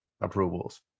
approvals